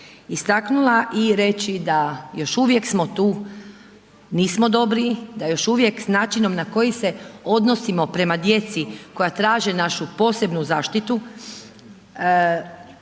istaknula i reći da još uvijek smo tu, nismo dobro, da još uvijek s načinom na koji se odnosimo prema djeci koja traže našu posebnu zaštitu,